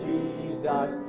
Jesus